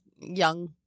young